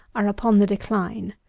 are upon the decline.